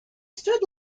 stood